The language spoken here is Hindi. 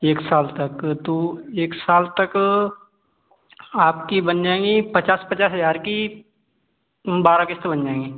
एक साल तक तो एक साल तक आपकी बन जाएंगी पचास पचास हज़ार की बारह किस्ते बन जाएंगी